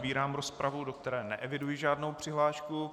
Otvírám rozpravu, do které neeviduji žádnou přihlášku.